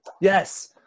yes